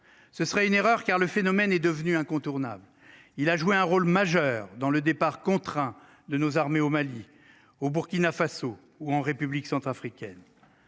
ce serait une erreur car le phénomène est devenu incontournable. Il a joué un rôle majeur dans le départ contraint de nos armées au Mali, au Burkina Faso ou en République centrafricaine.